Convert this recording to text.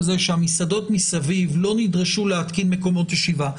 כך שהמסעדות מסביב לא נדרשו להתקין מקומות ישיבה,